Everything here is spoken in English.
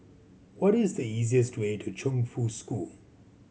what is the easiest way to Chongfu School